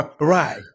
Right